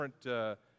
different